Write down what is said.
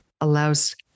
allows